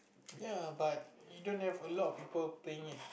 ya but you don't have a lot of people playing it